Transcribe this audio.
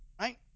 Right